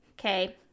Okay